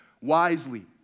wisely